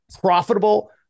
profitable